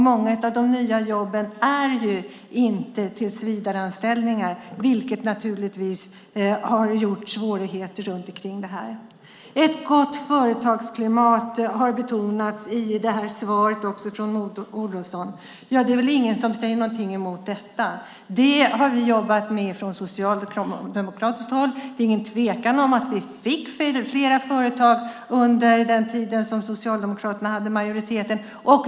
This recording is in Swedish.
Många av de nya jobben är inte tillsvidareanställningar, vilket naturligtvis har skapat svårigheter. Ett gott företagsklimat betonas i svaret från Maud Olofsson, och det är väl ingen som säger emot detta. Det har vi jobbat med från socialdemokratiskt håll. Det är ingen tvekan om att vi fick fler företag under den tid som Socialdemokraterna hade majoriteten.